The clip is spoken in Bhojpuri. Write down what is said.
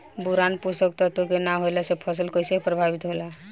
बोरान पोषक तत्व के न होला से फसल कइसे प्रभावित होला?